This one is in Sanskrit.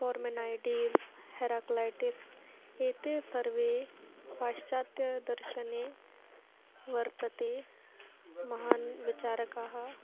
पोर्मेनैटीस् हेरक्लेटिस् एते सर्वे पश्चात्य दर्शने वर्तन्ते महान् विचारकाः